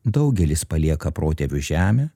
daugelis palieka protėvių žemę